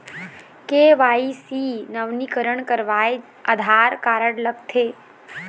KYC नवीनीकरण करवाये Aadhaar card लगथे?